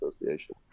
Association